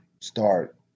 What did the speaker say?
start